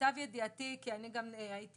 הייתי